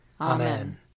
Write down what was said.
Amen